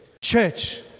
Church